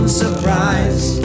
surprise